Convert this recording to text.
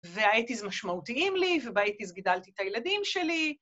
והאייטיז משמעותיים לי, ובאייטיז גידלתי את הילדים שלי.